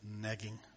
nagging